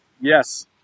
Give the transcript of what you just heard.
Yes